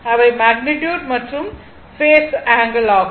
அவை மேக்னிட்யுட் மற்றும் phase angle ஆகும்